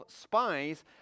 spies